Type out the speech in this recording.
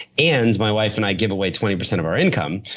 and my wife and i give away twenty percent of our income,